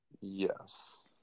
Yes